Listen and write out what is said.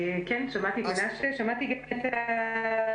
כן, שמעתי את מנשה, שמעתי גם את האחרים.